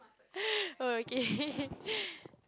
oh okay